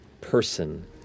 person